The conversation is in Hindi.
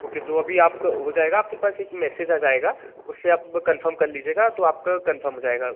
ओके तो अभी आपका हो जाएगा आपके पास एक मैसेज आ जाएगा उससे आप कन्फ़म कर लीजिएगा तो आपका कन्फ़म हो जाएगा